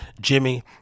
Jimmy